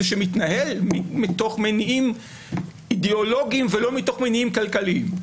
שמתנהל מתוך מניעים אידיאולוגיים ולא מתוך מניעים כלכליים.